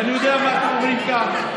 ואני יודע מה אתם אומרים כאן.